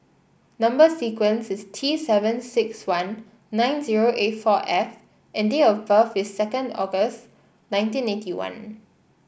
number sequence is T seven six one nine zero eight four F and date of birth is second August nineteen eighty one